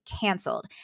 canceled